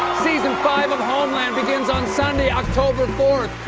season five of homeland begins on sunday october fourth.